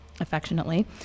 affectionately